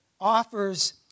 offers